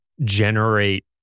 generate